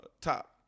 top